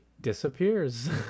disappears